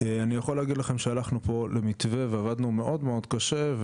אני יכול להגיד לכם שהלכנו פה למתווה ועבדנו מאוד קשה,